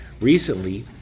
Recently